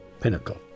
pinnacle